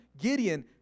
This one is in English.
Gideon